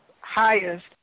highest